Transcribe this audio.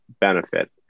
benefit